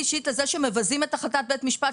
אישית על זה שמבזים את החלטת בית משפט,